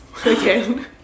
again